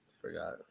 Forgot